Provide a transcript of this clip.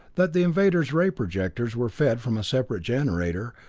that the invaders' ray projectors were fed from a separate generator,